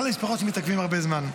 כל המשפחות שמתעכבות הרבה זמן.